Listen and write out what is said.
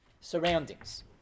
surroundings